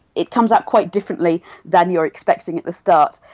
it comes out quite differently than you are expecting at the start.